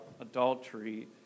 adultery